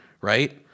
Right